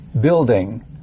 building